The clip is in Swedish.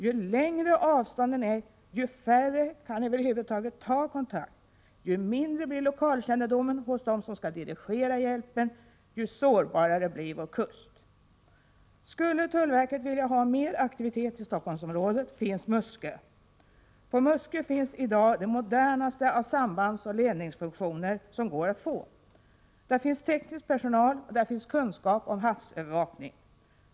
Ju längre avstånden är, ju färre kan över huvud taget ta kontakt, ju mindre lokalkännedomen blir hos dem som skall dirigera hjälpen, ju sårbarare blir vår kust. Skulle tullverket vilja ha mer aktivitet i Stockholmsområdet finns Muskö att tillgå. På Muskö finns i dag det modernaste av sambandsoch lednings funktioner som går att få. Där finns teknisk personal och där finns kunskap Nr 149 om havsövervakning.